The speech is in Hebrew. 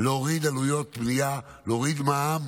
להוריד עלויות בנייה, להוריד מע"מ